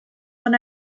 than